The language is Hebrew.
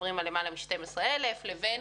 שמדברים על יותר מ-12,000, לבין